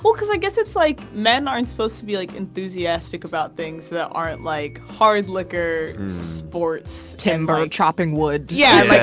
because i guess it's like men aren't supposed to be like enthusiastic about things that aren't like hard liquor, sports, timber, chopping wood yeah.